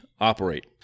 operate